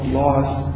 lost